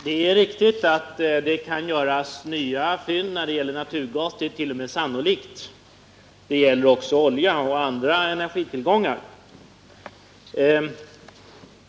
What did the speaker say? Det är riktigt att nya fynd kan göras när det gäller naturgasen, det ärt.o.m. sannolikt. Detta gäller också olja och andra energitillgångar.